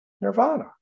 nirvana